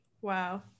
Wow